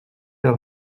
leur